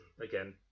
Again